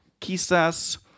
quizás